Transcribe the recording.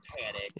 panic